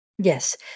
Yes